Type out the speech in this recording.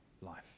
life